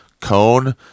cone